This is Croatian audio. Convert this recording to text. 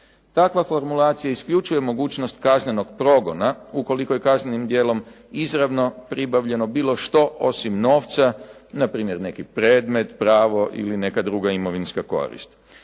Takva formulacija isključuje mogućnost kaznenog progona ukoliko je kaznenim djelom izravno pribavljeno bilo što osim novca, npr. neki predmet, pravo ili neka druga imovinska korist.